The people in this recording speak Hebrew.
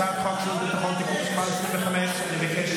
אף אחד לא הלך לנחם, עליך.